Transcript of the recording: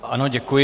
Ano, děkuji.